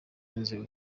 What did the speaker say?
n’inzego